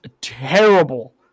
terrible